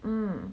mm